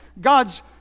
God's